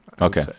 Okay